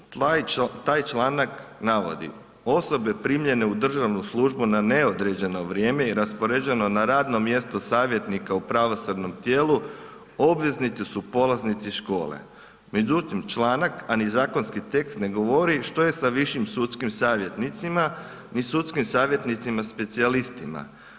Taj članak navodi: „Osobe primljene u državnu službu na neodređeno vrijeme i raspoređeno na radno mjesto savjetnika u pravosudnom tijelu, obveznici su polaznici škole.“ Međutim članak a ni zakonski tekst ne govori što je sa višim sudskim savjetnicima ni sudskim savjetnicima-specijalistima.